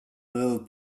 little